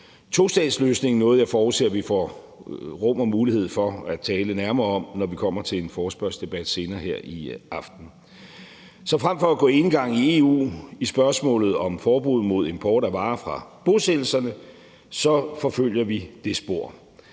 tostatsløsningen. Det er noget, jeg forudser vi får rum til og mulighed for at tale nærmere om, når vi kommer til en forespørgselsdebat senere her i aften. Så frem for at gå enegang i EU i spørgsmålet om forbud mod import af varer fra bosættelserne, forfølger vi det spor,